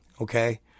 okay